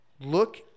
Look